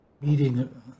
meeting